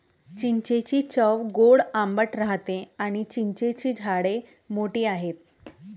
चिंचेची चव गोड आंबट राहते आणी चिंचेची झाडे मोठी आहेत